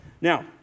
Now